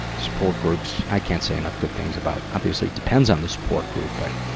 support groups i can't say enough good things about obviously it depends on the support group, but,